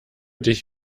dich